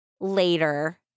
later